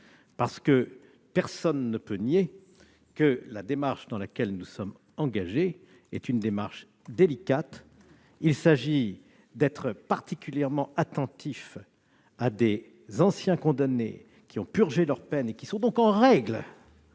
Personne ne peut nier que la démarche dans laquelle nous sommes engagés est délicate : il s'agit d'être particulièrement attentifs à d'anciens condamnés qui ont purgé leur peine, qui sont donc en règle